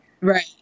Right